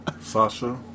Sasha